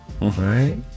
right